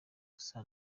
gusa